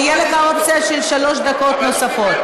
תהיה לך אופציה של שלוש דקות נוספות.